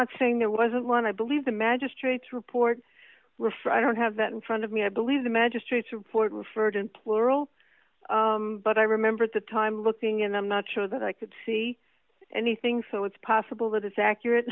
not saying that wasn't want to believe the magistrate's report refresh i don't have that in front of me i believe the magistrate's report referred in plural but i remember at the time looking in i'm not sure that i could see anything so it's possible that it's accurate